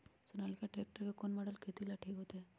Sonalika tractor के कौन model खेती ला ठीक होतै?